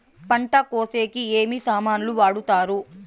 పంట కోసేకి ఏమి సామాన్లు వాడుతారు?